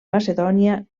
macedònia